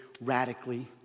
radically